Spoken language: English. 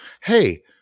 Hey